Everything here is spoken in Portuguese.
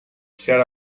ser